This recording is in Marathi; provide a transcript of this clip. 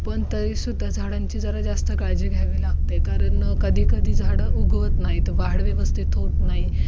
पण तरीसुद्धा झाडांची जरा जास्त काळजी घ्यावी लागते कारण कधी कधी झाडं उगवत नाही तर वाढ व्यवस्थित होत नाही